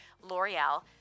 L'Oreal